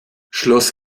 schloss